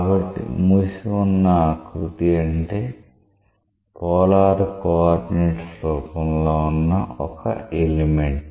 కాబట్టి మూసి ఉన్న ఆకృతి అంటే పోలార్ కోఆర్డినేట్స్ రూపంలో ఉన్న ఒక ఎలిమెంట్